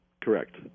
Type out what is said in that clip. correct